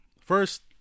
First